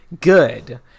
Good